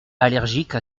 allergique